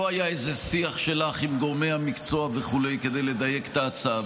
לא היה איזה שיח שלך עם גורמי המקצוע כדי לדייק את ההצעה.